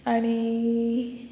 आनी